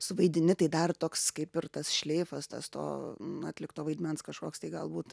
suvaidini tai dar toks kaip ir tas šleifas tas to atlikto vaidmens kažkoks tai galbūt